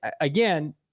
again